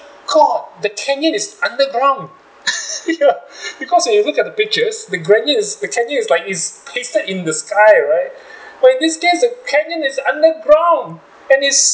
god the canyon is underground ya because when you look at the pictures the canyon the canyon is like is pasted in the sky right right when reach there the canyon is underground and is